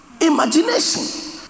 Imagination